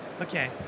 Okay